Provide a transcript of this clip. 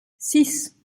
six